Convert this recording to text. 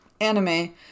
anime